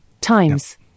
times